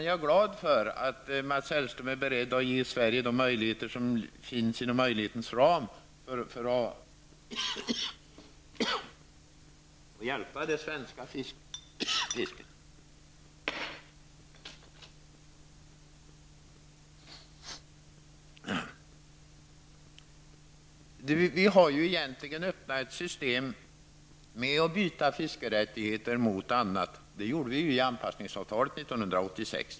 Jag är glad för att Mats Hellström är beredd att göra vad som är möjligt för att hjälpa det svenska fisket. Vi har ju egentligen gått in i ett system som innebär att vi byter fiskerättigheter mot annat; det gjorde vi i anpassningsavtalet 1986.